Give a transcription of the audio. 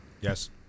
Yes